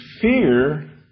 fear